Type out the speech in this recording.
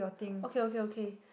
okay okay okay